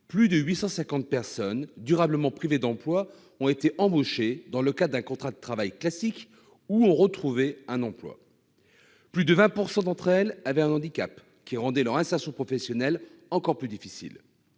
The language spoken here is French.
plus de 850 personnes durablement privées d'emploi ont été embauchées dans le cadre d'un contrat de travail classique ou ont retrouvé un emploi. Plus de 20 % d'entre elles avaient un handicap qui rendait leur insertion professionnelle encore plus difficile.